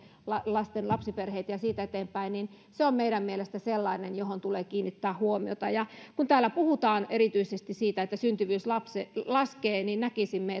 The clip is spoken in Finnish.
lasten lapsiperheitä ja siitä eteenpäin on meidän mielestämme sellainen että siihen tulee kiinnittää huomiota ja kun täällä puhutaan erityisesti siitä että syntyvyys laskee niin näkisimme